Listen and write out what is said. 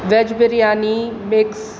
veg biryani mix